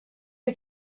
que